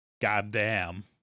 goddamn